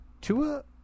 Tua